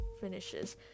finishes